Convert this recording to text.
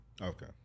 okay